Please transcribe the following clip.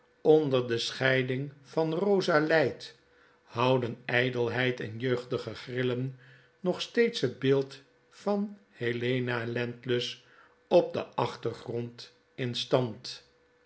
onder de scheiding van rosa lydt houden ijdelheid en jeugdige grillen nog steeds het beeld van helena landless op den achtergrond in stand